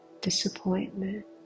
disappointment